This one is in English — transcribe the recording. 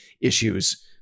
issues